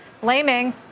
blaming